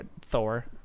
Thor